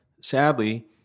sadly